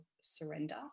surrender